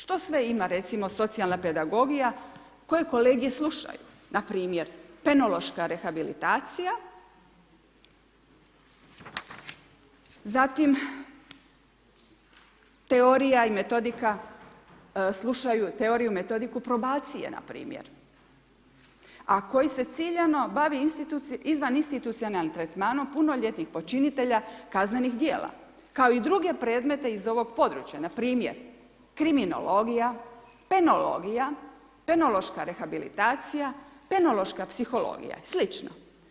Što sve ima, recimo socijalna pedagogija, koje kolege slušaju, npr. penološka rehabilitacija, zatim teorija i metodika, slušaju teoriju i metodiku probacije npr. a koji se ciljano bave izvan institucionalnim tretmanom punoljetnih počinitelja kaznenih djela, kao i druge predmete iz ovog područja na primjer, kriminologija, penologija, penološka rehabilitacija, penološka psihologija i slično.